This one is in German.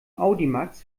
audimax